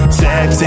sex